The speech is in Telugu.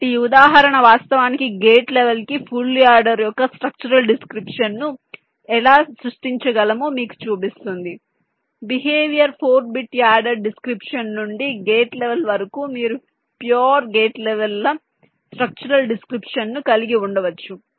కాబట్టి ఈ ఉదాహరణ వాస్తవానికి గేట్ లెవెల్ కి ఫుల్ యాడర్ యొక్క స్ట్రక్చరల్ డిస్క్రిప్షన్ ను ఎలా సృష్టించగలమో మీకు చూపిస్తుంది బిహేవియర్ 4 బిట్ యాడర్ డిస్క్రిప్షన్ నుండి గేట్ లెవెల్ వరకు మీరు ప్యూర్ గేట్ లెవెల్ ల స్ట్రక్చరల్ డిస్క్రిప్షన్ ను కలిగి ఉండవచ్చు